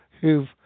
who've